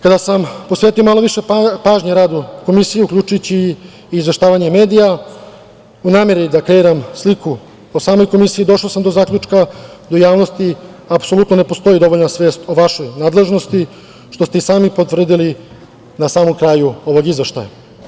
Kada sam posvetio malo više pažnje radu Komisije, uključujući i izveštavanje medija u nameri da kreiram sliku o samoj Komisiji, došao sam do zaključka da u javnosti apsolutno ne postoji dovoljna svest o vašoj nadležnosti, što ste i sami potvrdili na samom kraju ovog izveštaja.